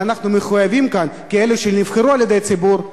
אבל אנחנו מחויבים כאן ככאלו שנבחרו על-ידי הציבור,